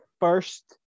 first